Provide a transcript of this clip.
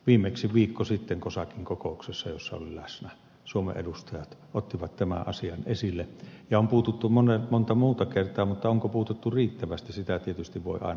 viimeksi viikko sitten cosacin kokouksessa jossa olin läsnä suomen edustajat ottivat tämän asian esille ja on puututtu monta muuta kertaa mutta onko puututtu riittävästi sitä tietysti voi aina arvioida